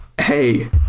hey